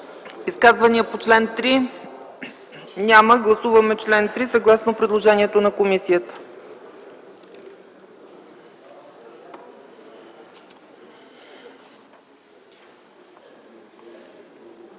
Изказвания по чл. 3? Няма. Гласуваме чл. 3 съгласно предложението на комисията.